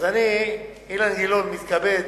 אז אני, אילן גילאון, מתכבד